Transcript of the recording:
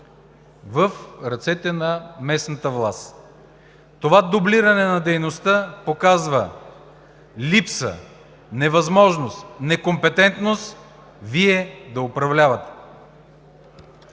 в ръцете на местната власт. Това дублиране на дейността показва липса, невъзможност, некомпетентност Вие да управлявате.